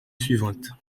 suivante